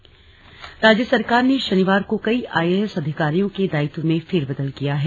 दायित्व फेरबदल राज्य सरकार ने शनिवार को कई आईएएस अधिकारियों के दायित्व में फेरबदल किया है